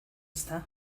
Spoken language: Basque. ezta